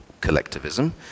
collectivism